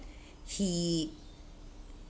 he